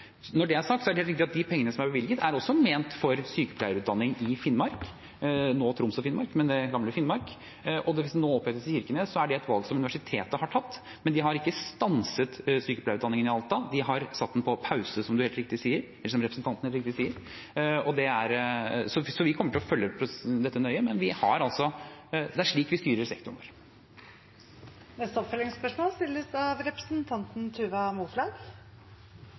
Når det er sagt, er det helt riktig at de pengene som er bevilget, er også ment for sykepleierutdanning i Finnmark, nå Troms og Finnmark, men det gamle Finnmark, og hvis det nå opprettes i Kirkenes, er det et valg som universitetet har tatt. Men de har ikke stanset sykepleierutdanningen i Alta, de har satt den på pause, som representanten helt riktig sier. Vi kommer til å følge dette nøye, men det er altså slik vi styrer sektoren. Tuva Moflag – til oppfølgingsspørsmål. Nå har de foregående spørrerne snakket om tallene for mangel, så jeg skal ikke gjenta det. Men det er